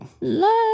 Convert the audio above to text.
love